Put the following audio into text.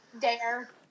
Dare